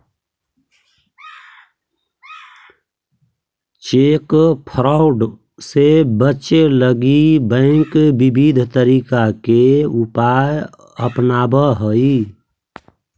cheque fraud से बचे लगी बैंक विविध तरीका के उपाय अपनावऽ हइ